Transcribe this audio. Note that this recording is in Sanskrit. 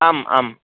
आम् आम्